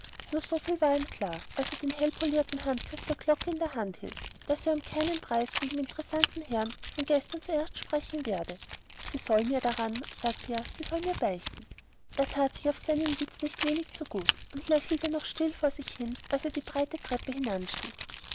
nur soviel war ihm klar als er den hellpolierten handgriff der glocke in der hand hielt daß er um keinen preis von dem interessanten herrn von gestern zuerst sprechen werde sie soll mir daran sagte er sie soll mir beichten er tat sich auf seinen witz nicht wenig zugut und lächelte noch still vor sich hin als er die breite treppe hinanstieg